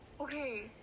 Okay